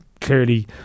clearly